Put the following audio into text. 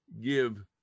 give